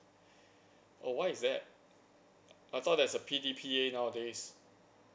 oh why is that I thought there's a P_D_P_A nowadays